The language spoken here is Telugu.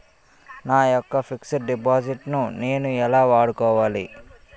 నా యెక్క ఫిక్సడ్ డిపాజిట్ ను నేను ఎలా వాడుకోవాలి?